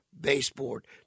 baseboard